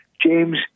James